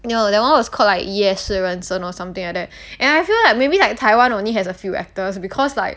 that one was called like 夜市人生 or something like that and I feel like maybe like taiwan only has a few actors because like